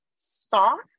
sauce